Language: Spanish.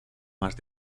más